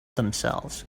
themselves